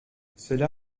cela